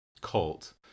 cult